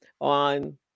on